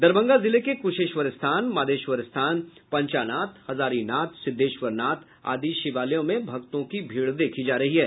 दरभंगा जिले के कुशेश्वरस्थान माधवेश्वर स्थान पंचानाथ हजारी नाथ सिद्देश्वर नाथ आदि शिवालयों में भक्तों की भीड़ देखी जा रही है